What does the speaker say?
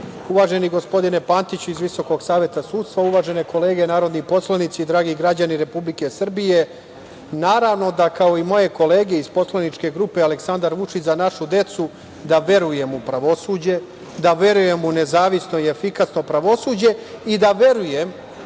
uvaženi gospodine Pantiću iz VSS, uvažene kolege narodni poslanici, dragi građani Republike Srbije, naravno da kao i moje kolege iz poslaničke grupe Aleksandar Vučić – Za našu decu, da verujem u pravosuđe, da verujem u nezavisno i efikasno pravosuđe i da verujem